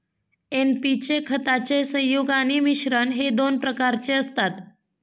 NP चे खताचे संयुग आणि मिश्रण हे दोन प्रकारचे असतात